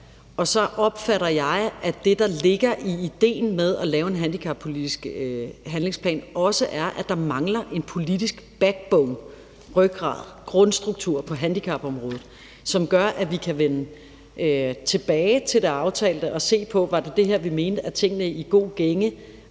Og så opfatter jeg det sådan, at det, der ligger i idéen med at lave en handicappolitisk handlingsplan, også er, at der mangler en politisk backbone, rygrad eller grundstruktur på handicapområdet, som gør, at vi kan vende tilbage til det aftalte og se på, om det var det her, vi mente, om tingene er i en god gænge,